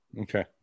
okay